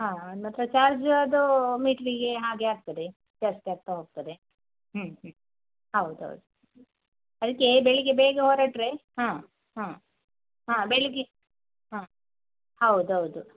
ಹಾಂ ಮಾತ್ರ ಚಾರ್ಜು ಅದು ಮೀಟ್ರಿಗೆ ಹಾಗೆ ಆಗ್ತದೆ ಜಾಸ್ತಿ ಆಗ್ತ ಹೋಗ್ತದೆ ಹ್ಞೂ ಹ್ಞೂ ಹೌದೌದು ಅದಕ್ಕೆ ಬೆಳಿಗ್ಗೆ ಬೇಗ ಹೊರಟರೆ ಹಾಂ ಹಾಂ ಹಾಂ ಬೆಳಿಗ್ಗೆ ಹಾಂ ಹೌದೌದು